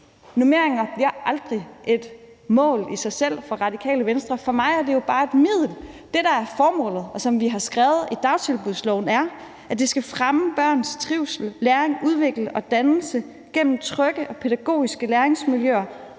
Normeringerne bliver aldrig et mål i sig selv for Radikale Venstre. For mig er det jo bare et middel. Det, der er formålet, og som vi har skrevet ind i dagtilbudsloven, er, at det skal fremme børns trivsel, læring, udvikling og dannelse gennem trygge og pædagogiske læringsmiljøer,